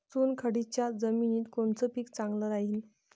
चुनखडीच्या जमिनीत कोनचं पीक चांगलं राहीन?